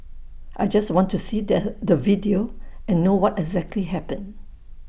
I just want to see that the video and know what exactly happened